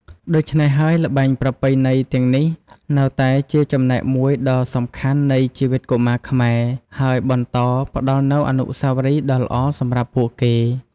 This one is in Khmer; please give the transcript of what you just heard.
ដូច្នេះហើយ ល្បែងប្រពៃណីទាំងនេះនៅតែជាចំណែកមួយដ៏សំខាន់នៃជីវិតកុមារខ្មែរ ហើយបន្តផ្ដល់នូវអនុស្សាវរីយ៍ដ៏ល្អសម្រាប់ពួកគេ។